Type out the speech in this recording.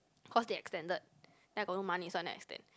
cause they extended then I got no money so I never extend